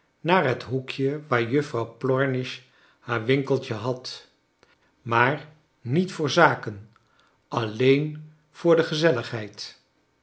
naar het hoekje waar juffrouw plomish haar winkeltje had maar niet voor zaken alleen voor de gezelligheid